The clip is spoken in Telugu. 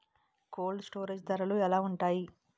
కోల్డ్ స్టోరేజ్ ధరలు ఎలా ఉంటాయి?